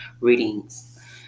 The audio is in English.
readings